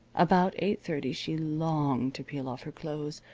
about eight-thirty she longed to peel off her clothes,